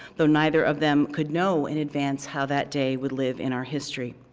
though neither of them could know in advance how that day would live in our history.